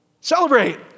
celebrate